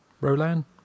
Roland